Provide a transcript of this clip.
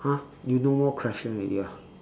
!huh! you no more question already ah